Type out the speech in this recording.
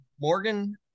Morgan